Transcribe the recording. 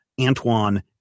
Antoine